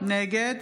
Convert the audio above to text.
נגד